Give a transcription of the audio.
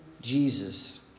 Jesus